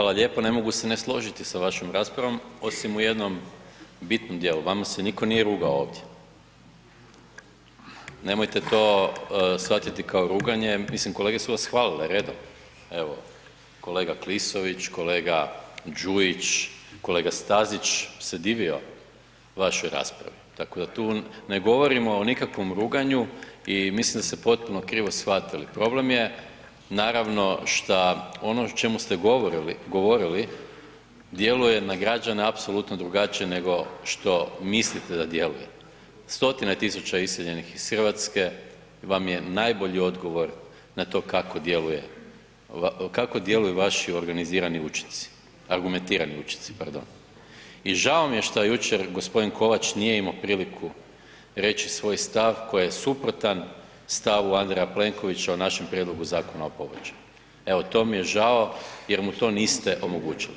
Hvala lijepo, ne mogu se ne složiti sa vašom raspravom osim u jednom bitnom dijelu, vama se niko nije rugao ovdje, nemojte to shvatiti kao ruganje, mislim kolege su vas hvalile redom, evo kolega Klisović, kolega Đujić, kolega Stazić se divio vašoj raspravi, tako da tu ne govorimo o nikakvom ruganju i mislim da ste potpuno krivo shvatili, problem je naravno šta, ono o čemu ste govorili djeluje na građane apsolutno drugačije nego što mislite da djeluje, stotine tisuća iseljenih iz RH vam je najbolji odgovor na to kako djeluje, kako djeluju vaši organizirani učinci, argumentirani učinci, pardon i žao mi je što jučer g. Kovač nije imo priliku reći svoj stav koji je suprotan stavu Andreja Plenkovića o našem Prijedlogu zakona o pobačaju, evo to mi je žao jer mu to niste omogućili.